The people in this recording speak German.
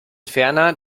ferner